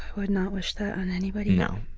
would not wish that on anybody. no.